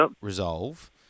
Resolve